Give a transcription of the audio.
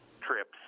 trips